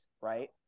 right